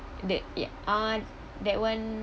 that ya uh that one